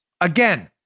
Again